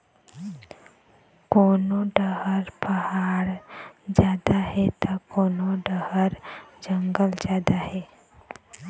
कोनो डहर पहाड़ जादा हे त कोनो डहर जंगल जादा हे